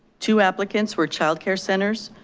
two applicants were childcare centers,